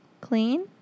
Clean